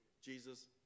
Jesus